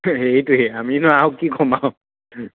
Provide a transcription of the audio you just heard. এইটো এই আমি নো আৰু কি কম আৰু